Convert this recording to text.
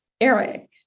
Eric